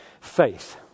Faith